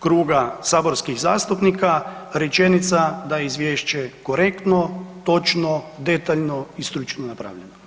kruga saborskih zastupnika rečenica da je izvješće korektno, točno, detaljno i stručno napravljeno.